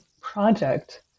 project